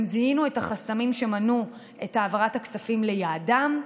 זיהינו את החסמים שמנעו את העברת הכספים ליעדם,